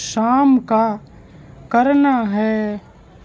شام کا کرنا ہے